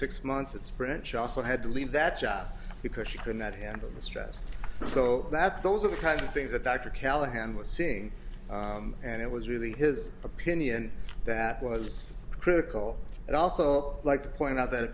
six months it's branch also had to leave that job because she could not handle the stress so that those are the kind of things that dr callahan was saying and it was really his opinion that was critical and also like to point out that